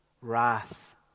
wrath